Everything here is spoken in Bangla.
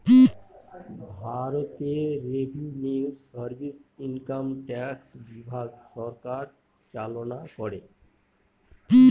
ভারতে রেভিনিউ সার্ভিস ইনকাম ট্যাক্স বিভাগ সরকার চালনা করে